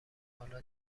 حالا